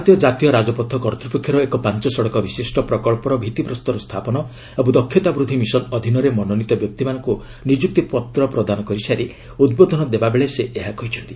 ଭାରତୀୟ ଜାତୀୟ ରାଜପଥ କର୍ତ୍ତ୍ୱପକ୍ଷର ଏକ ପାଞ୍ଚ ସଡ଼କ ବିଶିଷ୍ଟ ପ୍ରକଳ୍ପର ଭିଭିପ୍ରସ୍ତର ସ୍ଥାପନ ଏବଂ ଦକ୍ଷତା ବୃଦ୍ଧି ମିଶନ ଅଧୀନରେ ମନୋନୀତ ବ୍ୟକ୍ତିମାନଙ୍କୁ ନିଯୁକ୍ତିପତ୍ର ପ୍ରଦାନ କରିସାରି ଉଦ୍ବୋଧନ ଦେବାବେଳେ ସେ ଏହା କହିଛନ୍ତି